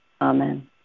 Amen